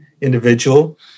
individual